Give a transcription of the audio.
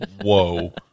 Whoa